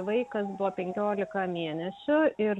vaikas buvo penkiolika mėnesių ir